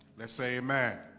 let's say man